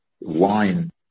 wine